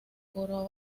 coro